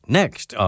next